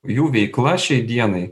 jų veikla šiai dienai